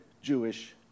Jewish